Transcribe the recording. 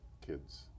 kids